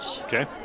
Okay